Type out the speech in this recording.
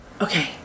Okay